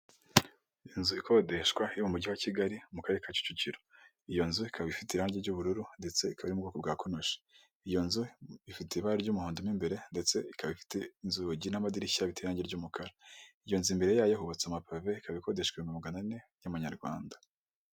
Inzu ikodeshwa iri mumujyi wa kigali mu karere ka kicukiro iyo nzu ikaba ifite irangi ry'ubururu ndetse ikaba iri mu bwoko bwa conoshi iyo nzu ifite ibara ry'umuhondo mbere ndetse ikaba ifite inzugi n'amadirishya bifite irangi ry'umukara iyo nzu imbere yayo hubatse amapave ikaba ikodeshwa magana ane y'amanyarwanda.